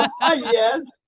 Yes